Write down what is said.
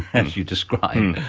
as you describe,